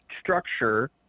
structure